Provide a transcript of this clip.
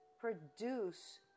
produce